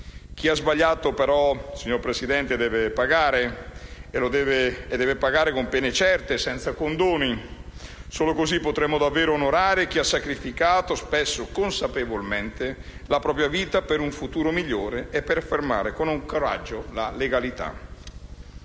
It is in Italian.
chi ha sbagliato deve pagare e lo deve fare con pene certe, senza condoni. Solo così potremo davvero onorare chi ha sacrificato, spesso consapevolmente, la propria vita per un futuro migliore e per affermare con coraggio la legalità.